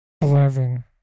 Eleven